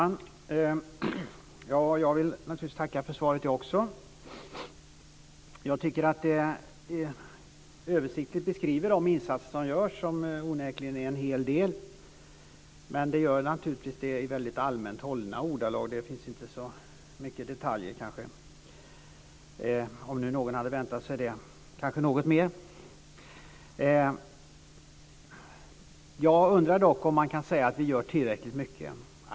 Herr talman! Jag vill naturligtvis också tacka för svaret. Svaret beskrev översiktligt de insatser som görs, och de är onekligen en hel del. Men svaret var i allmänt hållna ordalag. Det fanns inte så mycket detaljer - om nu någon hade väntat sig det. Jag undrar dock om vi kan säga att vi gör tillräckligt mycket.